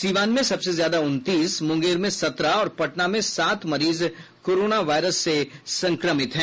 सीवान में सबसे ज्यादा उनतीस मुंगेर में सत्रह और पटना में सात मरीज कोरोना वायरस से संक्रमित है